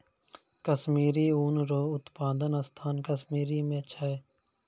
कश्मीरी ऊन रो उप्तादन स्थान कश्मीर मे छै